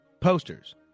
posters